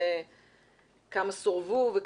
כמה סורבו,